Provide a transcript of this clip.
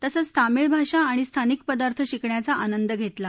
तसंच तामिळ भाषा आणि स्थानिक पदार्थ शिकण्याचा आनंद घेतला